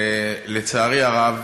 לצערי הרב,